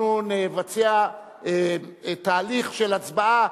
אנחנו נבצע תהליך של הצבעה,